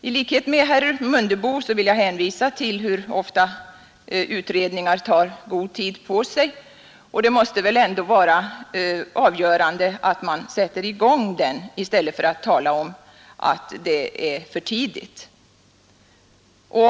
I likhet med herr Mundebo vill jag hänvisa till hur ofta utredningar tar god tid på sig. Det viktiga måste väl ändå vara att en utredning kommer i gång, inte att fråga sig om det är för tidigt.